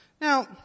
Now